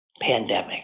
pandemic